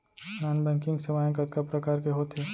non banking सेवाएं कतका प्रकार के होथे